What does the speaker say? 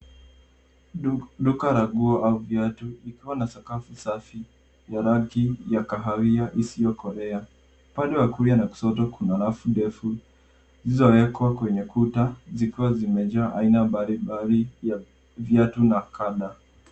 Duka la nguo au viatu, likiwa na sakafu safi ya rangi ya kahawia isiyokolea. Upande wa kulia na kushoto kuna rafu ndefu zilizowekwa kwenye kuta zikiwa zimejaa aina mbalimbali vya viatu na kanda.